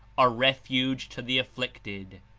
a refuge to the afflicted,